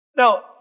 Now